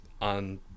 on